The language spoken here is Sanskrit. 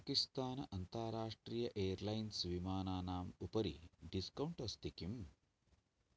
पाकिस्तान् अन्तर्राष्ट्रीय एर्लैन्स् विमानानाम् उपरि डिस्काौण्ट् अस्ति किम्